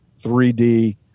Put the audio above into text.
3d